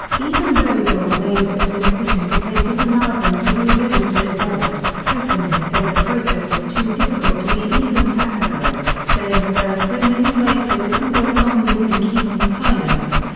even though there are ways that have been put into place that allow them to re-register to vote, testimonies say the process is too difficult to be even practical, saying that there are so many ways that it can go wrong and they can keep them silent.